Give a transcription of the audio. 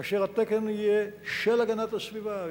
כאשר התקן יהיה של הגנת הסביבה,